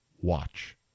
watch